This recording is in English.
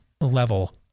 level